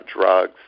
drugs